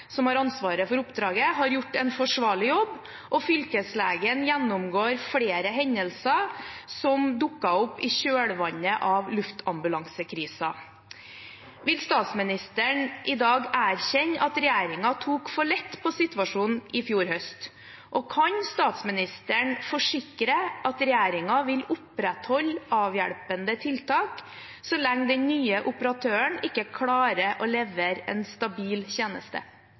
som har ansvaret for oppdraget, har gjort en forsvarlig jobb, og fylkeslegen gjennomgår flere hendelser som dukker opp i kjølvannet av luftambulansekrisen. Vil statsministeren i dag erkjenne at regjeringen tok for lett på situasjonen i fjor høst? Og kan statsministeren forsikre at regjeringen vil opprettholde avhjelpende tiltak så lenge den nye operatøren ikke klarer å levere en stabil tjeneste?